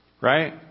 Right